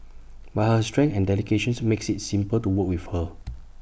but her strength and dedication makes IT simple to work with her